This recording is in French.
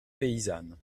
paysanne